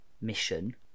mission